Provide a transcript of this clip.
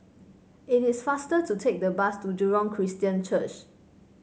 it is faster to take the bus to Jurong Christian Church